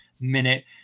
minute